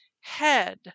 head